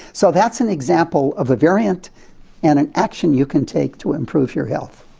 so that's an example of a variant and an action you can take to improve your health.